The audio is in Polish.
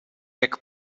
jak